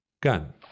Gun